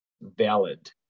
valid